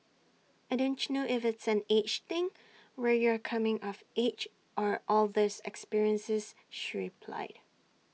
I don't know if it's an age thing where you're coming of age or all these experiences she replied